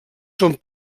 són